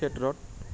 ক্ষেত্ৰত